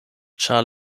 ĉar